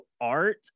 art